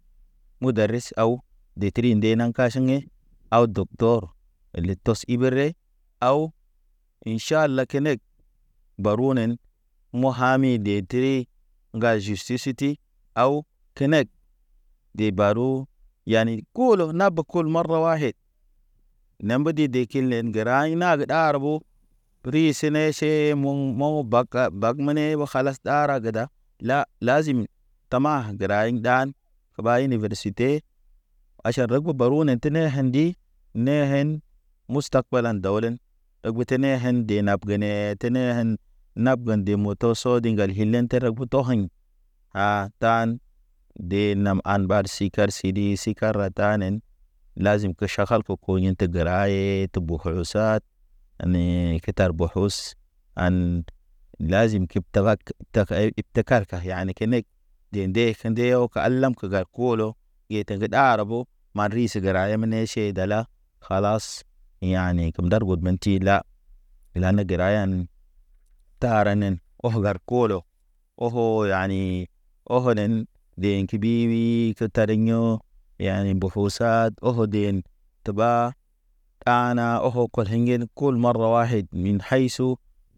Mudaris aw, de tri nde naŋ ka ʃɛn e aw dok dor lə tɔs ibere, aw. In ʃala keneg baru nen Mu ha mi de tri, ŋga jusi titi aw keneg de baro. Yanin kulu na be ku marwayd Ne mbedi de kilne nderay nag ɗar ɓo, ri sine se moŋ-moŋ baka bak mene o kalas tara gada. La lazim tama gəray ɗan ɓa universite. Aʃan ragu baru ne tene endi, ne hen mustak kwala daw len. Ebgu tene hen de nab ge ne tene hen, nabgen de moto so di gal helen ter ha gutɔ heɲ. Ha tan, de nam an ɓar si kar sili si kara ta nen. Lazim ge ʃakal ko poyin te gəra hee te boko sad a ni ke tar bokos an. Lazim kib bak te ka ib te kalka yani kenek de nde ke nde aw ka lamp ga kolo, gete ge ɗar ɓo. Ma risi gəra eme ne ʃe dala. Kalas yane ke ndar god men tila, ela ne gəra yan. Tarə nen of gar kolo ofo yani, ofo nen. Dḛ ke bi- bi ke tari yo, yani mboko sad oko den te ɓa ɗana oko kolḛn kul marwaid mi hay su.